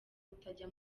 mutajya